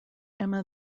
emma